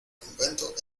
convento